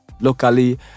locally